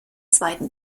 zweiten